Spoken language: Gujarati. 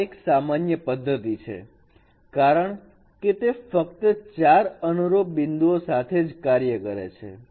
આ એક સામાન્ય પદ્ધતિ છે કારણ કે તે ફક્ત 4 અનુરૂપ બિંદુઓ સાથે જ કાર્ય કરે છે